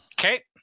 Okay